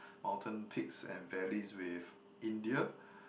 mountain peaks and valleys with India